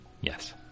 Yes